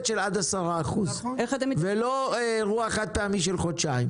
של עד 10% ולא אירוע חד-פעמי של חודשיים.